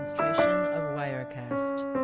um wirecast